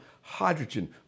hydrogen